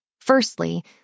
Firstly